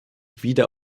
wieder